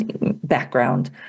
background